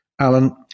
Alan